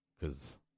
cause